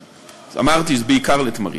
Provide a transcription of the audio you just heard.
אמרתי, זה בעיקר לתמרים.